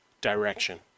direction